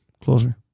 Closer